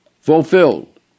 Fulfilled